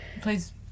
please